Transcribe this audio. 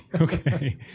Okay